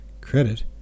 Credit